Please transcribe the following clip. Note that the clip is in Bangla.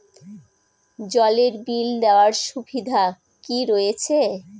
জলের বিল দেওয়ার সুবিধা কি রয়েছে?